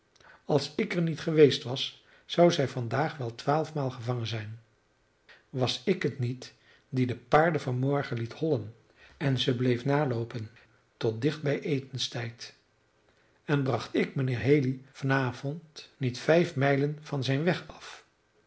als ik er niet geweest was zou zij vandaag wel twaalf maal gevangen zijn was ik het niet die de paarden van morgen liet hollen en ze bleef naloopen tot dicht bij etenstijd en bracht ik mijnheer haley van avond niet vijf mijlen van zijn weg af